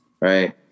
right